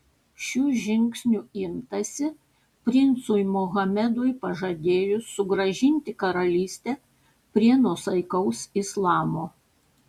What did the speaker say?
šių žingsnių imtasi princui mohamedui pažadėjus sugrąžinti karalystę prie nuosaikaus islamo